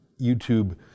YouTube